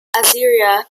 assyria